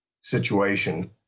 situation